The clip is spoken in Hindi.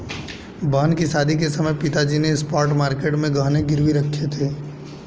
बहन की शादी के समय पिताजी ने स्पॉट मार्केट में गहने गिरवी रखे थे